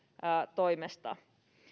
toimesta